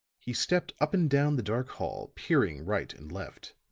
he stepped up and down the dark hall, peering right and left.